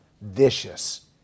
vicious